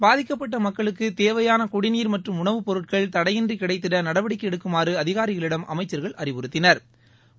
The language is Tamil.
பாதிக்கப்பட்ட மக்களுக்குத் தேவையான குடிநீர் மற்றும் உணவுப் பொருட்கள் தடையின்றி கிடைத்திட நடவடிக்கை எடுக்குமாறு அதிகாரிகளிடம் அமைச்சா்கள் அறிவுறுத்தினா்